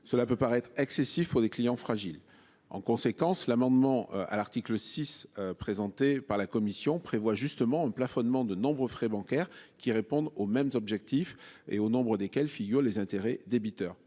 Cela peut paraître excessif pour des clients fragiles en conséquence l'amendement à l'article 6 présenté par la Commission prévoit justement un plafonnement de nombreux frais bancaires qui répondent aux mêmes objectifs et au nombre desquels figurent les intérêts débiteurs